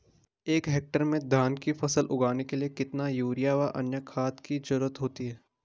एक हेक्टेयर में धान की फसल उगाने के लिए कितना यूरिया व अन्य खाद की जरूरत होती है?